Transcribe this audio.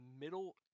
middle